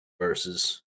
versus